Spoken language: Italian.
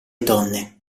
donne